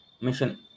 mission